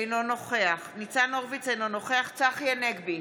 אינו נוכח ניצן הורוביץ, אינו נוכח צחי הנגבי,